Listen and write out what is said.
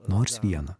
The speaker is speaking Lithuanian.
nors vieną